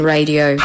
Radio